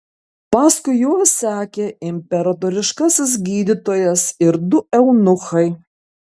paskui juos sekė imperatoriškasis gydytojas ir du eunuchai